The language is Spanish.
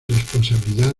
responsabilidad